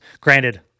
Granted